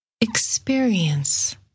Experience